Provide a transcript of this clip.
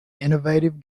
innovative